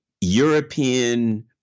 European